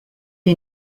you